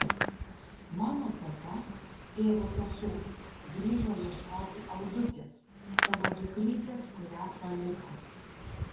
mano teta tėvo sesuo grįžo ieškoti aldutės savo dukrytės kurią paliko